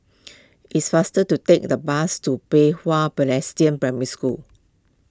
it is faster to take the bus to Pei Hwa Presbyterian Primary School